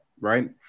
right